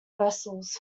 vessels